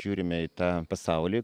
žiūrime į tą pasaulį